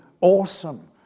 awesome